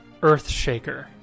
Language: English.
Earthshaker